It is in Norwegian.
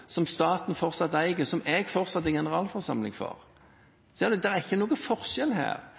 som staten fortsatt eier, og som jeg fortsatt er generalforsamling for. Så det er ingen forskjell her.